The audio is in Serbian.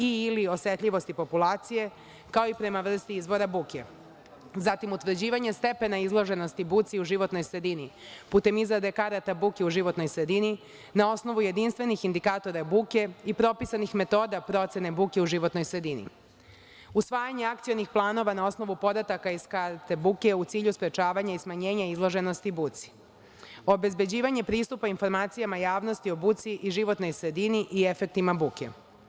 ili osetljivosti populacije, kao i prema vrsti izvora buke, zatim, utvrđivanje stepena izloženosti buci u životnoj sredini putem izrade karata buke u životnoj sredini, na osnovu jedinstvenih indikatora buke i propisanih metoda procene buke u životnoj sredini, usvajanje akcionih planova na osnovu podataka iz karata buke u cilju sprečavanja i smanjenja izloženosti buci, obezbeđivanje pristupa informacijama javnosti o buci i životnoj sredini i efektima buke.